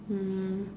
um